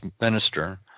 minister